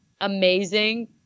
amazing